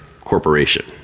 Corporation